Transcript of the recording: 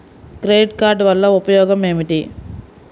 Credit card వల్ల ఉపయోగం ఏమిటీ?